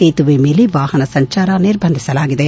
ಸೇತುವೆ ಮೇಲೆ ವಾಹನ ಸಂಚಾರ ನಿರ್ಬಂಧಿಸಲಾಗಿದೆ